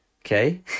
okay